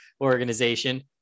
organization